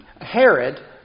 Herod